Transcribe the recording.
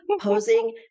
Posing